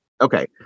Okay